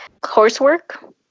coursework